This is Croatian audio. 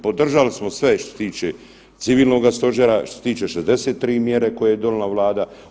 Podržali smo sve što se tiče civilnoga stožera, što se tiče 63 mjere koje je donijela Vlada.